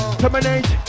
terminate